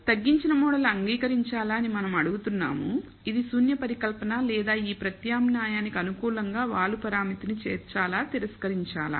తగ్గించిన మోడల్ అంగీకరించాలా అని మనం అడుగుతున్నాము ఇది శూన్య పరికల్పన లేదా ఈ ప్రత్యామ్నాయానికి అనుకూలంగా వాలు పరామితి నీ చేర్చేలా తిరస్కరించాలా